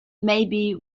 maybe